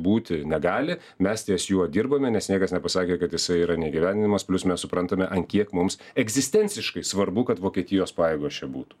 būti negali mes ties juo dirbame nes niekas nepasakė kad jisai yra neįgyvendinamas plius mes suprantame ant kiek mums egzistenciškai svarbu kad vokietijos pajėgos čia būtų